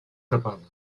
tapades